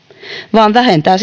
vaan vähentää